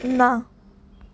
ના